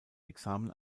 examen